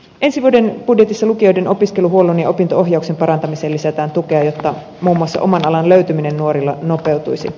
ensi vuoden budjetissa lukioiden opiskeluhuollon ja opinto ohjauksen parantamiseen lisätään tukea jotta muun muassa oman alan löytyminen nuorilla nopeutuisi